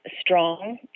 strong